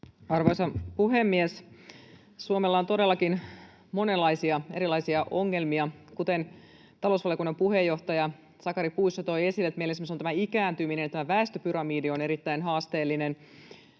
Arvoisa puhemies! Suomella on todellakin monenlaisia erilaisia ongelmia. Kuten talousvaliokunnan puheenjohtaja Sakari Puisto toi esille, meillä esimerkiksi ikääntyminen, tämä väestöpyramidi, on erittäin haasteellinen,